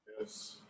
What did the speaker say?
Yes